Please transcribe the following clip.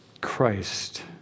Christ